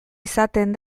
izaten